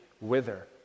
wither